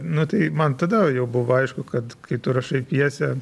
nu tai man tada jau buvo aišku kad kai tu rašai pjesę